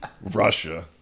Russia